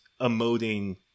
emoting